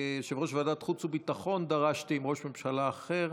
כיושב-ראש ועדת החוץ והביטחון דרשתי מראש ממשלה אחר,